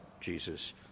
Jesus